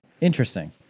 Interesting